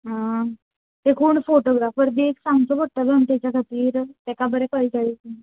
आं ते कोण फोटोग्राफर बी एक सांगचो पडटलो न्ही ताच्या खातीर ताका बरें कळटलें तें